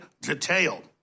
detail